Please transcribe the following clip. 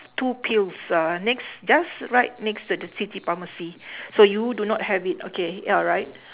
two pills uhh next just right next to the city pharmacy so you do not have it okay alright